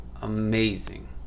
amazing